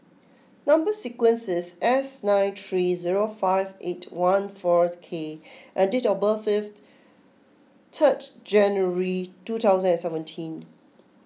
Number Sequence is S nine three zero five eight one four K and date of birth is third January two thousand and seventeen